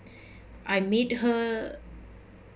I made her